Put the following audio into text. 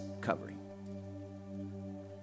covering